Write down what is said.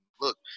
look